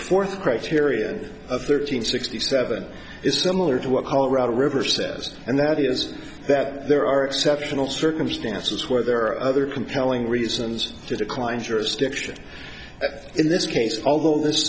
fourth criterion of thirteen sixty seven is similar to what paul river says and that is that there are exceptional circumstances where there are other compelling reasons to decline jurisdiction in this case although in this